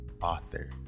Author